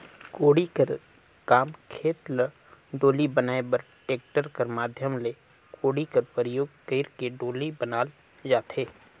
कोड़ी कर काम खेत ल डोली बनाए बर टेक्टर कर माध्यम ले कोड़ी कर परियोग कइर के डोली बनाल जाथे